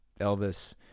Elvis